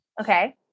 Okay